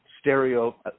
stereo